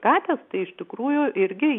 katės tai iš tikrųjų irgi